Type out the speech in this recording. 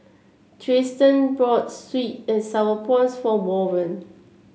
Triston bought sweet and sour prawns for Warren